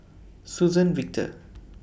Suzann Victor